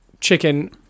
chicken